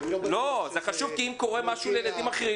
זה חשוב כי אם קורה משהו לילדים אחרים